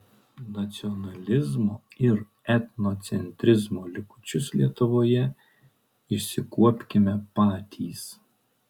nacionalizmo ir etnocentrizmo likučius lietuvoje išsikuopkime patys